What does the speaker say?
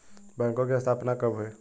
बैंकों की स्थापना कब हुई?